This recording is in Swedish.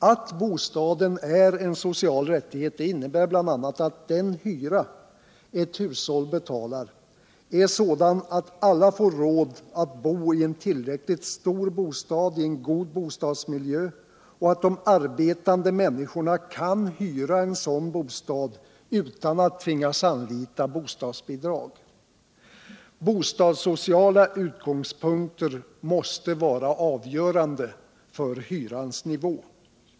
Att bostaden är en social rättighet innebär bl.a. att den hyra ett hushåll betalar är sådan att alla får råd att bo i en tillräckligt stor bostad i en god bostadsmiljö och att de arbetande människorna kan hyra en sådan bostad Nr 155 utan att behöva anlita bostadsbidrag. Bostadssociala utgångspunkter måste Måndagen den vara avgörande för hyrans nivå.